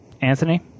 Anthony